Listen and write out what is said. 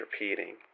repeating